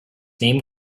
name